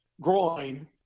groin